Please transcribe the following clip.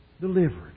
delivered